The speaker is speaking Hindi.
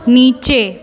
नीचे